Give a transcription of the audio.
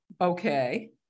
Okay